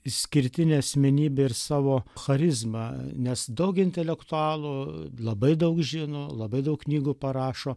išskirtinė asmenybė ir savo charizma nes daug intelektualų labai daug žino labai daug knygų parašo